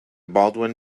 baldwin